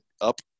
Up